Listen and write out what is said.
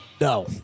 No